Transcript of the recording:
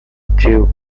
achieve